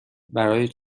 برای